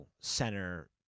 center